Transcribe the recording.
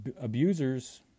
abusers